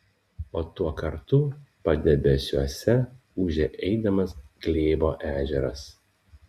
o tuo kartu padebesiuose ūžė eidamas glėbo ežeras